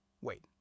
wait